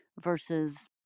versus